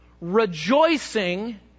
rejoicing